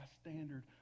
standard